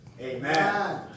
Amen